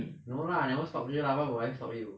no lah I never stalk you why would I stalk you